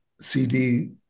CD